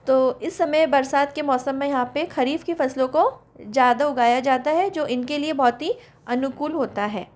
तो इस समय बरसात के मौसम में यहाँ पे खरीफ की फसलों को ज़्यादा उगाया जाता है जो इनके लिए बहुत ही अनुकूल होता है